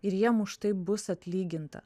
ir jiem už tai bus atlyginta